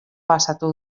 pasatu